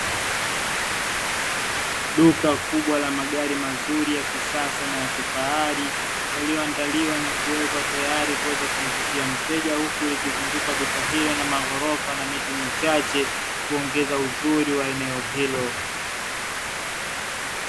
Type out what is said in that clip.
Duka kubwa la magari mazuri ya kisasa na ya kifahari yaliyoandaliwa na kuwekwa tayari kuweza kumvutia mteja, huku likizunguka duka hilo na maghorofa na miti michache kuongeza uzuri wa eneo hilo.